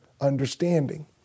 understanding